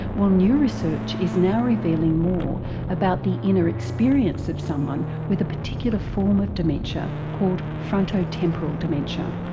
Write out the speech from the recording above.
well, new research is now revealing more about the inner experience of someone with a particular form of dementia called frontotemporal dementia.